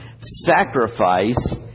sacrifice